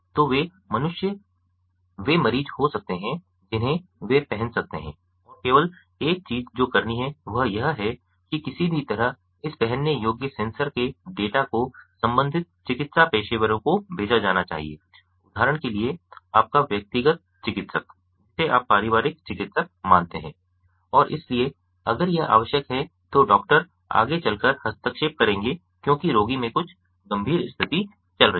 तो वे मनुष्य वे मरीज हो सकते हैं जिन्हें वे पहन सकते हैं और केवल एक चीज जो करनी है वह यह है कि किसी भी तरह इस पहनने योग्य सेंसर के डेटा को संबंधित चिकित्सा पेशेवरों को भेजा जाना चाहिए उदाहरण के लिए आपका व्यक्तिगत चिकित्सक जिसे आप पारिवारिक चिकित्सक मानते हैं और इसलिए अगर यह आवश्यक है तो डॉक्टर आगे चलकर हस्तक्षेप करेंगे क्योंकि रोगी में कुछ गंभीर स्थिति चल रही है